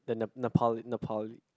the ne~ Nepali Nepali